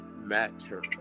Matter